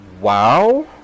Wow